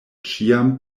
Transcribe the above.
ĉiam